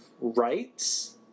rights